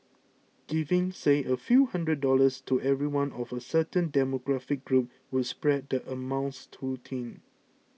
giving say a few hundred dollars to everyone of a certain demographic group would spread the amounts too thin